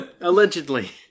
Allegedly